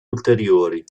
ulteriori